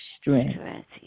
strength